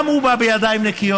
גם הוא בא בידיים נקיות,